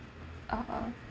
uh uh